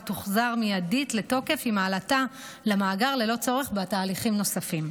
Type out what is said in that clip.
ותוחזר מיידית לתוקף עם העלאתה למאגר ללא צורך בתהליכים נוספים.